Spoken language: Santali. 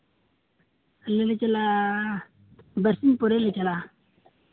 ᱟᱞᱮ ᱞᱮ ᱪᱮᱞᱟᱜᱼᱟ ᱵᱟᱨ ᱥᱤᱧ ᱯᱚᱨᱮ ᱞᱮ ᱪᱟᱞᱟᱜᱼᱟ